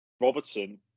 Robertson